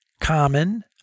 common